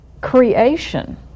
creation